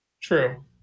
True